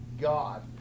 God